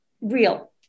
real